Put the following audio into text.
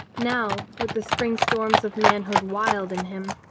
now, with the spring storms of manhood wild in him,